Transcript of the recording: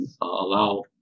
allow